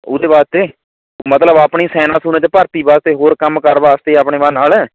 ਉਹਦੇ ਵਾਸਤੇ ਮਤਲਬ ਆਪਣੀ ਸੈਨਾ ਸੂਨਾ 'ਚ ਭਰਤੀ ਵਾਸਤੇ ਹੋਰ ਕੰਮ ਕਾਰ ਵਾਸਤੇ ਆਪਣੇ ਨਾਲ